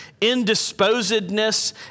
indisposedness